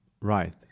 Right